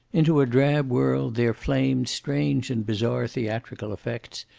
into a drab world there flamed strange and bizarre theatrical effects,